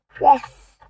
Yes